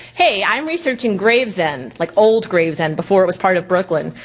hey i'm researching gravesend, like old gravesend before it was part of brooklyn.